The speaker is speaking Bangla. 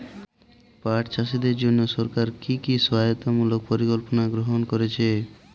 পাট চাষীদের জন্য সরকার কি কি সহায়তামূলক পরিকল্পনা গ্রহণ করেছে?